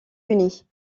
unis